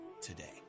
today